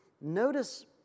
notice